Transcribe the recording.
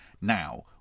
Now